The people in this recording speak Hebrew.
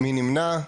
מי נמנע?